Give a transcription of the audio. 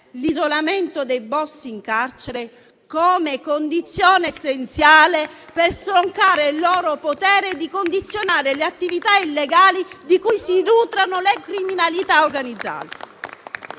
l'isolamento dei *boss* in carcere come condizione essenziale per stroncare il loro potere di condizionare le attività illegali di cui si nutrono le criminalità organizzate.